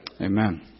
Amen